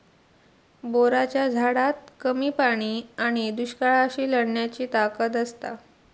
बोराच्या झाडात कमी पाणी आणि दुष्काळाशी लढण्याची ताकद असता